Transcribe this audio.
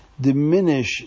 diminish